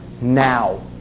now